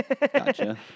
gotcha